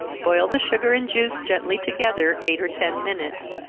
boil the sugar and juice gently together, eight or ten minutes,